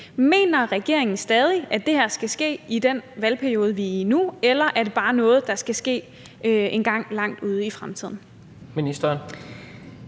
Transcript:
Mener regeringen stadig, at det her skal ske i den valgperiode, vi er i nu, eller er det bare noget, der skal ske engang langt ude i fremtiden?